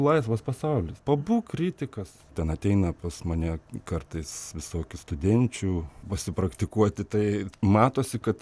laisvas pasaulis pabūk kritikas ten ateina pas mane kartais visokių studenčių pasipraktikuoti tai matosi kad